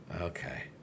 okay